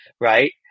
right